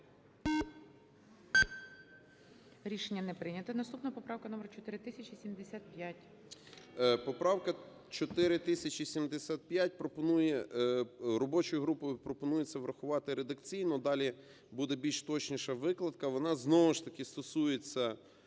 Рішення не прийнято. Наступна поправка - номер 4075. 16:46:06 СИДОРОВИЧ Р.М. Поправка 4075 пропонує, робочою групою пропонується врахувати редакційно. Далі буде більш точніша викладка. Вона знову ж таки стосується